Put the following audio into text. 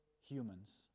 humans